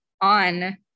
on